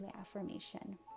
affirmation